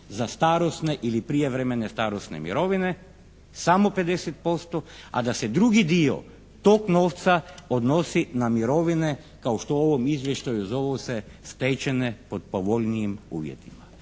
za starosne ili prijevremene starosne mirovine, samo 50%, a da se drugi dio tog novca odnosi na mirovine kao što u ovom izvještaju zovu se stečene po povoljnijim uvjetima.